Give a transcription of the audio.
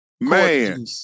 Man